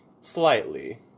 slightly